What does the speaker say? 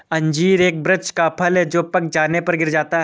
अंजीर एक वृक्ष का फल है जो पक जाने पर गिर जाता है